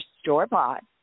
store-bought